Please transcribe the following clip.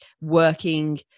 working